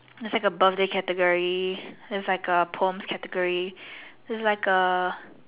there is like a birthday category there is like a poems category there's like a